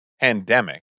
pandemic